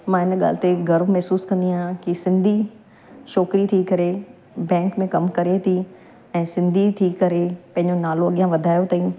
मां हिन ॻाल्हि ते गर्व महिसूसु कंदी आहियां की सिंधी छोकिरी थी करे बैंक में कमु करे थी ऐं सिंधी थी करे पंहिंजो नालो अॻियां वधायो अथईं